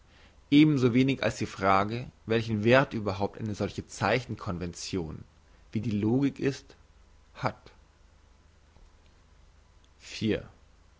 problem ebensowenig als die frage welchen werth überhaupt eine solche zeichen convention wie die logik ist hat